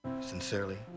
Sincerely